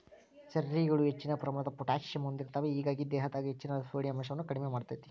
ಚೆರ್ರಿಗಳು ಹೆಚ್ಚಿನ ಪ್ರಮಾಣದ ಪೊಟ್ಯಾಸಿಯಮ್ ಹೊಂದಿರ್ತಾವ, ಹೇಗಾಗಿ ದೇಹದಾಗ ಹೆಚ್ಚಿನ ಸೋಡಿಯಂ ಅಂಶವನ್ನ ಕಡಿಮಿ ಮಾಡ್ತೆತಿ